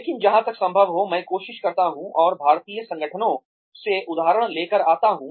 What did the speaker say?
लेकिन जहां तक संभव हो मैं कोशिश करता हूँ और भारतीय संगठनों से उदाहरण लेकर आता हूँ